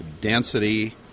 density